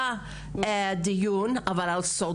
היה דיון בעבר, אבל על סודות.